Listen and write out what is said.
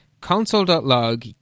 Console.log